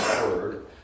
word